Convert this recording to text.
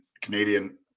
canadian